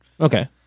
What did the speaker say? Okay